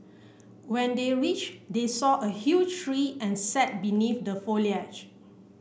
when they reached they saw a huge tree and sat beneath the foliage